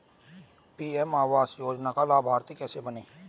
PM Awas Yojana का लाभर्ती कैसे बनें?